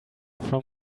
from